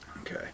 Okay